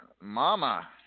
Mama